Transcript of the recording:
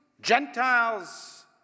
Gentiles